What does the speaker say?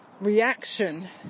Reaction